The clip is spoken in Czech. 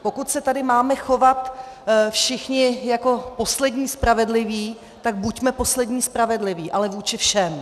Pokud se tady máme chovat všichni jako poslední spravedliví, tak buďme poslední spravedliví, ale vůči všem.